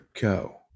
go